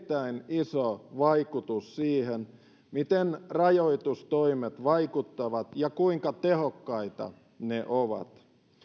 iso vaikutus siihen miten rajoitustoimet vaikuttavat ja kuinka tehokkaita ne ovat